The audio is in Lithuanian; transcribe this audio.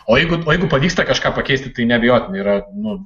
o jeigu jeigu pavyksta kažką pakeisti tai neabejotinai yra nu